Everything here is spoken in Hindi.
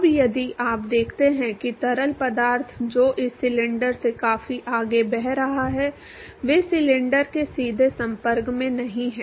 अब यदि आप देखते हैं तरल पदार्थ जो इस सिलेंडर से काफी आगे बह रहा है वे सिलेंडर के सीधे संपर्क में नहीं हैं